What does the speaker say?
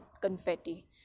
confetti